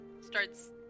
starts